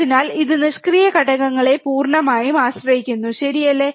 അതിനാൽ ഇത് നിഷ്ക്രിയ ഘടകങ്ങളെ പൂർണ്ണമായും ആശ്രയിക്കുന്നു ശരിയല്ലേ